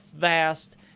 fast